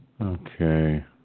Okay